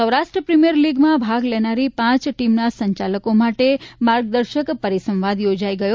Saurashtra premier લીગમાં ભાગ લેનારી પાંચ ટીમના સંચાલકો માટે માર્ગદર્શક પરિસંવાદ યોજાઈ ગયો